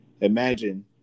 imagine